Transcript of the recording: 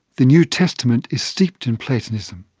the new testament is steeped in platonism.